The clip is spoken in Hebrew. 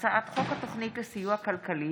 הצעת חוק התוכנית לסיוע כלכלי